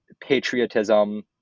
patriotism